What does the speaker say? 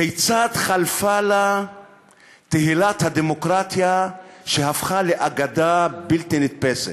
כיצד חלפה לה תהילת הדמוקרטיה שהפכה לאגדה בלתי נתפסת?